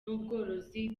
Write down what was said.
n’ubworozi